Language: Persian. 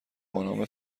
بانام